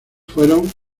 fueron